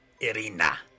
Irina